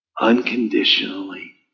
unconditionally